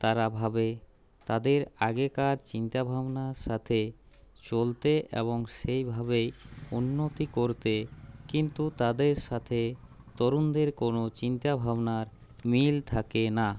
তারা ভাবে তাদের আগেকার চিন্তাভাবনার সাথে চলতে এবং সেইভাবেই উন্নতি করতে কিন্তু তাদের সাথে তরুণদের কোনো চিন্তাভাবনার মিল থাকে না